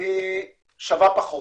שווה פחות.